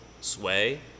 sway